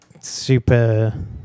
super